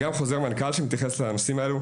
וגם חוזר מנכ"ל שמתייחס לנושאים האלה,